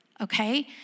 Okay